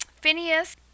Phineas